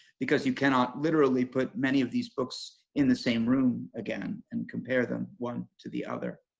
because you cannot literally put many of these books in the same room again and compare them one to the other.